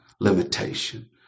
limitation